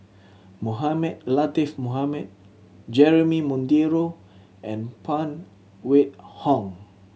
Mohamed Latiff Mohamed Jeremy Monteiro and Phan Wait Hong